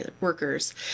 workers